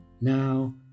Now